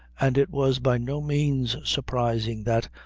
and it was by no means surprising that,